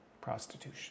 prostitution